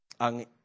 ang